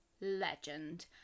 legend